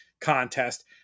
contest